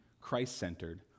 Christ-centered